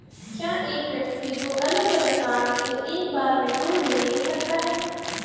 क्या एक व्यक्ति दो अलग अलग कारणों से एक बार में दो ऋण ले सकता है?